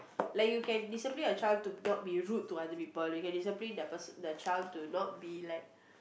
like you can discipline your child to not be rude to other people you can discipline the person the child to not be like